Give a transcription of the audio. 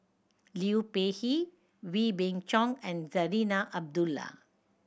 Liu Peihe Wee Beng Chong and Zarinah Abdullah